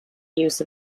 use